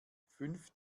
fünf